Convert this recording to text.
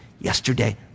yesterday